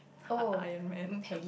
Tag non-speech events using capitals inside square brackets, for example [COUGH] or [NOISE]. I Iron-Man [BREATH]